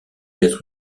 être